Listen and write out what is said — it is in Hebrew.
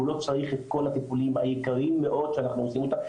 ואז הוא לא צריך את כל הטיפולים היקרים מאוד שאנחנו עושים אותם.